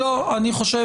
עידן,